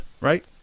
right